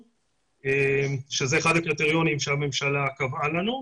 שזה אחד הקריטריונים שהממשלה קבעה לנו,